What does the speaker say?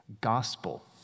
gospel